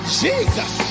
jesus